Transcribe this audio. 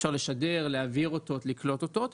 אפשר לשדר, להעביר או לקלוט אותות.